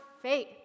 faith